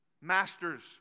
Masters